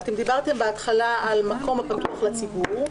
דיברתם בהתחלה על מקום הפתוח לציבור,